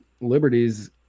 liberties